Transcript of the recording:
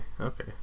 Okay